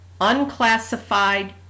unclassified